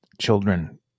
children